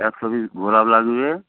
একশো পিস গোলাপ লাগবে